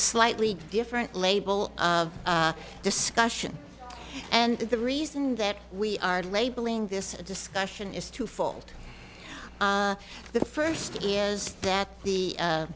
slightly different label of discussion and the reason that we are labeling this discussion is twofold the first is that the